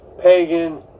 pagan